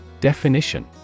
Definition